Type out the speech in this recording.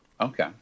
okay